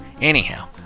Anyhow